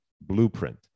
blueprint